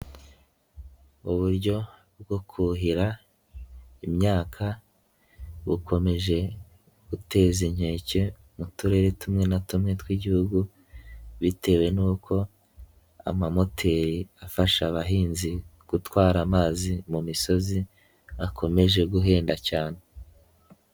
Uburyo bwo kuhira imyaka, bukomeje guteza inkeke mu turere tumwe na tumwe tw'igihugu, bitewe n'uko amamoteri afasha abahinzi gutwara amazi mu misozi, akomeje guhenda cyane.